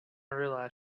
realized